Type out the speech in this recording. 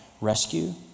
rescue